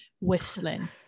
whistling